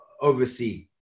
oversee